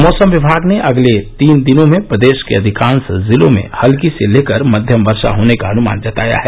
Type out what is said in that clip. मौसम विभाग ने अगले तीन दिनों में प्रदेश के अधिकांश जिलों में हल्की से लेकर मध्यम वर्षा होने का अनुमान जताया है